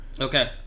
Okay